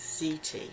CT